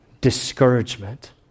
discouragement